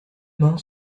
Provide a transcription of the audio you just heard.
mains